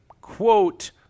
quote